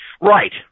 Right